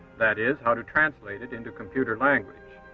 that is, how to translate it into computer language.